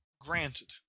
Granted